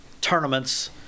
tournaments